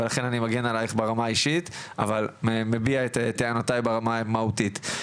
לכן אני מגן עלייך ברמה האישית אבל מביע את טענותיי ברמה המהותית.